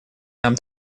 нам